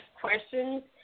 questions